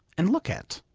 and look at.